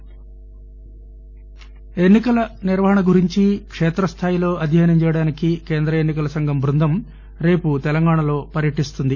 team ఎన్ని కల నిర్వహణ గురించి కేత్రస్థాయిలో అధ్యయనం చేయడానికి కేంద్ర ఎన్ని కల సంఘం బృందం రేపు తెలంగాణా రాష్టంలో పర్యటిస్తుంది